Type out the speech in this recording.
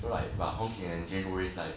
so like 红景 and 健伟 it's like